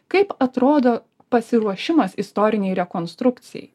kaip atrodo pasiruošimas istorinei rekonstrukcijai